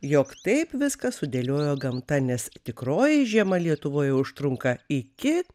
jog taip viską sudėliojo gamta nes tikroji žiema lietuvoje užtrunka iki